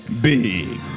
big